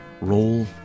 roll